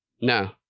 No